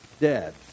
dead